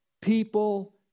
people